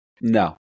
No